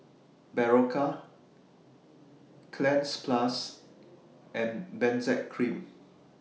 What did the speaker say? Berocca Cleanz Plus and Benzac Cream